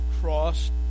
cross